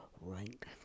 right